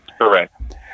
Correct